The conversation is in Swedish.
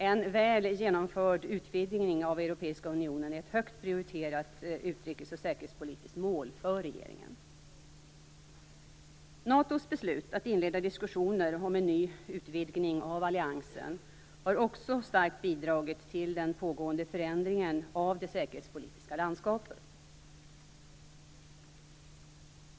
En väl genomförd utvidgning av Europeiska unionen är ett högt prioriterat utrikes och säkerhetspolitiskt mål för regeringen. NATO:s beslut att inleda diskussioner om en ny utvidgning av alliansen har också starkt bidragit till den pågående förändringen av det säkerhetspolitiska landskapet.